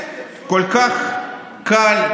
כל כך קל,